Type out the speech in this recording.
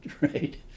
Right